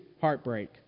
heartbreak